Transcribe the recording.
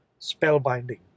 spellbinding